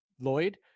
Lloyd